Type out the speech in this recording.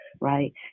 Right